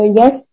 yes